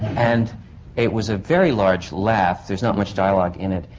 and it was a very large laugh. there's not much dialogue in it.